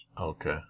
Okay